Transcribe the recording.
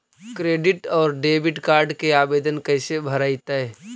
Credit और debit card के आवेदन कैसे भरैतैय?